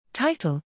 Title